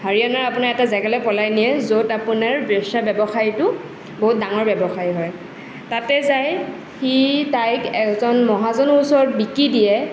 হাৰিয়ানাৰ আপোনাৰ এটা জেগালৈ পলুৱাই নিয়ে য'ত আপোনাৰ বেশ্যা ব্যৱসায়টো বহুত ডাঙৰ ব্যৱসায় হয় তাতে যাই সি তাইক এজন মহাজনৰ ওচৰত বিক্ৰী দিয়ে